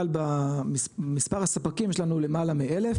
אבל במספר הספקים יש לנו למעלה מ-1,000